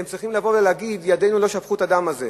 הם צריכים לבוא ולהגיד: ידינו לא שפכו את הדם הזה.